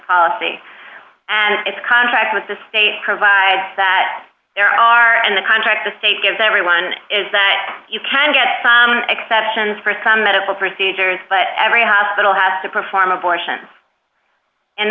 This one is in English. policy and its contract with the state provides that there are and the contract the state gives everyone is that you can get exceptions for some medical procedures but every hospital has to perform abortions and